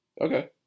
Okay